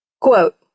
Quote